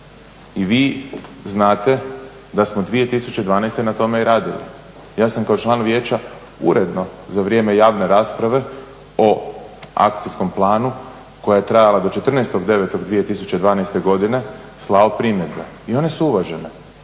I vi znate da smo 2012. na tome i radili. Ja sam kao član Vijeća uredno za vrijeme javne rasprave o akcijskom planu koja je trajala do 14.9.2012. godine slao primjedbe i one su uvažene.